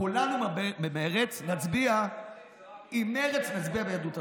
כולנו נצביע במרץ ליהדות התורה,